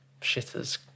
shitters